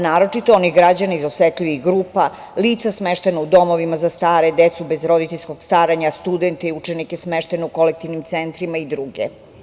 Naročito onih građana iz osetljivih ruka, lica smeštena u domovima za stare, decu bez roditeljskog staranja, studente, učenike smeštene u kolektivnim centrima i druge.